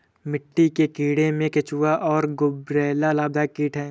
मिट्टी के कीड़ों में केंचुआ और गुबरैला लाभदायक कीट हैं